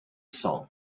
songs